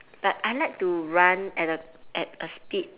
but I like to run at at at a speed